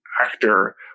actor